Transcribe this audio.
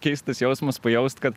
keistas jausmas pajaust kad